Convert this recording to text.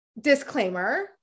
disclaimer